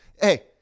Hey